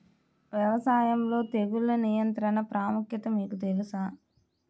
వ్యవసాయంలో తెగుళ్ల నియంత్రణ ప్రాముఖ్యత మీకు తెలుసా?